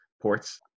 ports